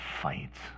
fights